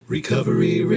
Recovery